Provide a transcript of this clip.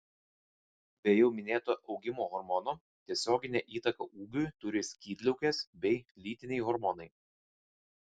be jau minėto augimo hormono tiesioginę įtaką ūgiui turi skydliaukės bei lytiniai hormonai